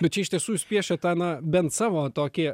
bet čia iš tiesų jūs piešiat tą na bent savo tokį